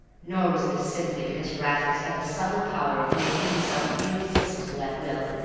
nor was this simply because raffles had the subtle power of making himself irresistible at will.